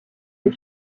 des